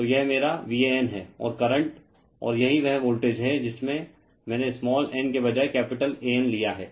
तो यह मेरा VAN है और करंट और यही वह वोल्टेज है जिसमें मैंने स्माल n के बजाय कैपिटल AN लिया है